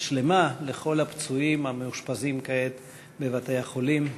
ושלמה לכל הפצועים המאושפזים כעת בבתי-החולים.